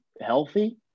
healthy